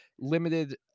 limited